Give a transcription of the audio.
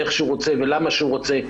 איך שהוא רוצה ולמה שהוא רוצה,